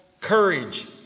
courage